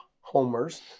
homers